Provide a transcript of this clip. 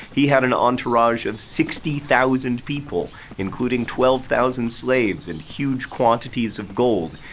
he had an entourage of sixty thousand people including twelve thousand slaves and huge quantities of gold.